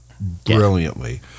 brilliantly